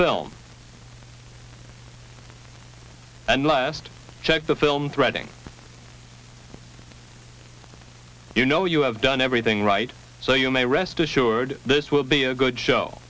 film and last check the film threading you know you have done everything right so you may rest assured this will be a good show